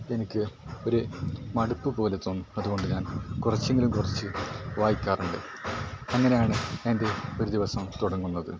എനിക്ക് ഒരു മടുപ്പ് പോലെ തോന്നും അതുകൊണ്ട് ഞാൻ കുറച്ചെങ്കിലും കുറച്ച് വായിക്കാറുണ്ട് അങ്ങനെയാണ് എൻ്റെ ഒരു ദിവസം തുടങ്ങുന്നത്